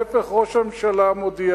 להיפך, ראש הממשלה מודיע